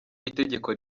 itegeko